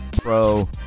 pro